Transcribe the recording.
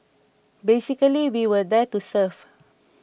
basically we were there to serve